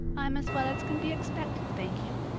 i'm as well as can be expected, thank you,